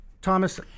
Thomas